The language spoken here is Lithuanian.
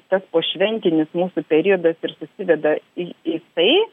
tas pošventinis mūsų periodas ir susiveda į į tai